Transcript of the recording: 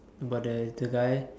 about the the guy